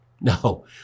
No